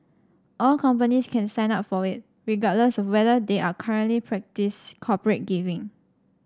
all companies can sign up for it regardless of whether they are currently practise corporate giving